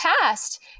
past